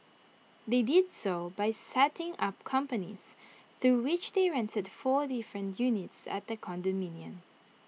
they did so by setting up companies through which they rented four different units at the condominium